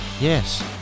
Yes